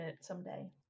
someday